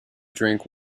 drink